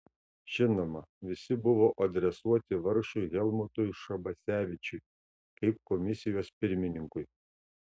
žinoma visi buvo adresuoti vargšui helmutui šabasevičiui kaip komisijos pirmininkui